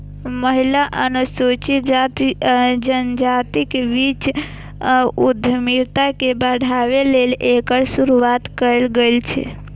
महिला, अनुसूचित जाति आ जनजातिक बीच उद्यमिता के बढ़ाबै लेल एकर शुरुआत कैल गेल छै